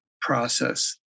process